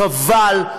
חבל.